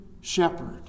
shepherd